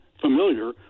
familiar